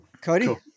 Cody